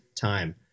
time